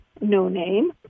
no-name